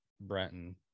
Brenton